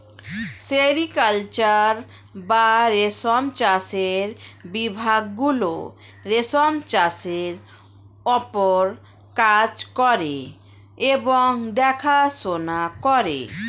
sericulture বা রেশম চাষের বিভাগ গুলো রেশম চাষের ওপর কাজ করে এবং দেখাশোনা করে